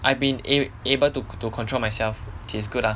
I been a~ able to control myself which is good ah